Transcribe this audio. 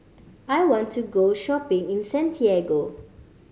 I want to go shopping in Santiago